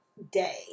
day